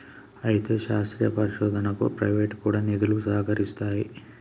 అయితే శాస్త్రీయ పరిశోధనకు ప్రైవేటు కూడా నిధులు సహకరిస్తాయి